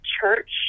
Church